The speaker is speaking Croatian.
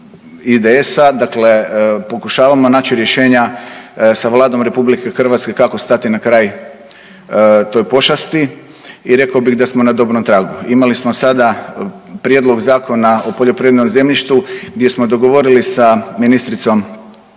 IDS-a dakle pokušavamo naći rješenja sa Vladom RH kako stati na kraj toj pošasti i reko bih da smo na dobrom tragu. Imali smo sada Prijedlog zakona o poljoprivrednom zemljištu gdje smo dogovorili sa ministricom